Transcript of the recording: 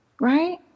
Right